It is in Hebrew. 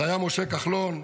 זה היה משה כחלון,